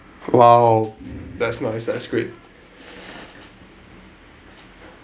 !wow! that's nice that's great